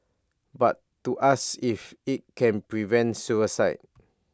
but to ask if IT can prevent suicide